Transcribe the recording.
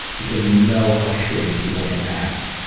because you know how shitty people can act.